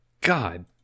God